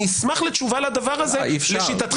אני אשמח לתשובה על הדבר הזה לשיטתך.